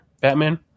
Batman